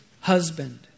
husband